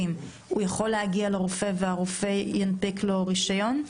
יכול להגיע לרופא שינפיק לו רישיון?